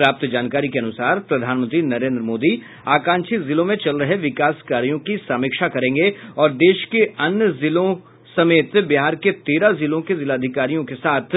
प्राप्त जानकारी के अनुसार प्रधानमंत्री नरेन्द्र मोदी आकांक्षी जिलों में चल रहे विकास कार्यों की समीक्षा करेंगे और देश के अन्य जिलों समेत बिहार के तेरह जिलों के जिलाधिकारियों के साथ